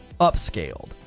Upscaled